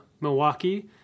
Milwaukee